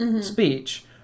speech